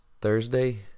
Thursday